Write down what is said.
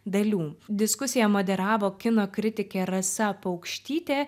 dalių diskusiją moderavo kino kritikė rasa paukštytė